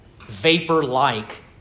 vapor-like